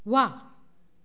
वाह